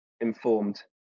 informed